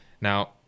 Now